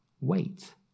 wait